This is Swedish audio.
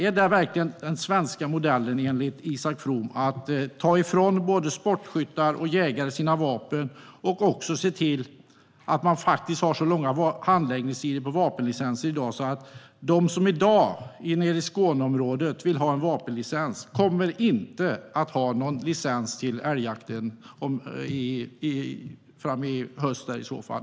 Är det verkligen den svenska modellen enligt Isak From att ta ifrån både sportskyttar och jägare deras vapen och också se till att man har så långa handläggningstider för vapenlicenser i dag så att de som i dag i Skåneområdet vill ha en vapenlicens inte kommer att ha någon licens till älgjakten i höst?